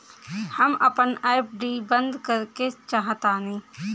हम अपन एफ.डी बंद करेके चाहातानी